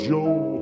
Joe